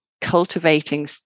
cultivating